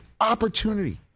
opportunity